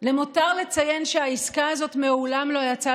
למותר לציין שהעסקה הזאת מעולם לא יצאה